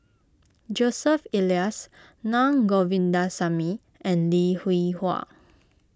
Joseph Elias Naa Govindasamy and Lee Hwee Hua